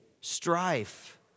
strife